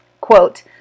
Quote